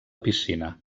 piscina